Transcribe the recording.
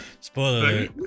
Spoiler